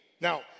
Now